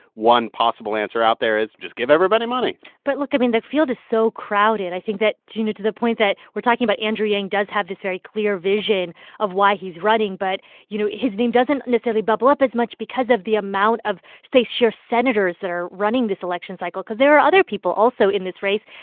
one possible answer out there is just give everybody money but look i mean, the field is so crowded. i think that you know, to the point that we're talking about andrew yang does have this very clear vision of why he's running. but you know, his name doesn't necessarily bubble up as much because of the amount of the sheer senators that are running this election cycle cause there are other people also in this race.